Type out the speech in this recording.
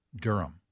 Durham